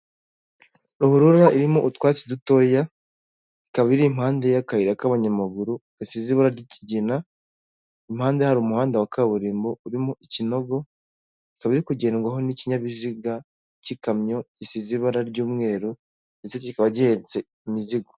Ruhurura irimo utwatsi dutoya ikaba ari impande y'akayira k'abanyamaguru gasize ibura ry'ikigina impande hari umuhanda wa kaburimbo urimo ikinogo ukaba urikugedwaho n'ikinyabiziga cy'ikamyo gisize ibara ry'umweru ndetse kikaba gihetse imizigo.